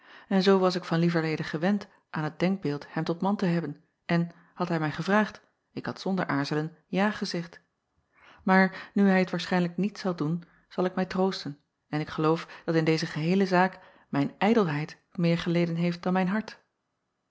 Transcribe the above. en zoo was ik van lieverlede gewend aan het denkbeeld hem tot man te hebben en had hij mij gevraagd ik had zonder aarzelen ja gezegd maar nu hij t waarschijnlijk niet zal doen zal ik mij troosten en ik geloof dat in deze geheele zaak mijn ijdelheid meer geleden heeft dan mijn hart